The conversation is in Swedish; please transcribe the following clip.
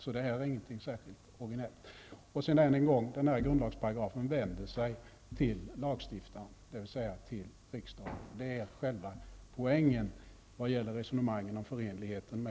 Detta är inget särskilt originellt. Än en gång vill jag säga att den aktuella grundlagsparagrafen vänder sig till lagstiftaren, dvs. till riksdagen. Det är själva poängen vad gäller resonemangen om förenligheten med